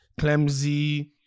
Clemzy